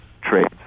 trade